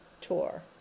tour